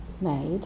made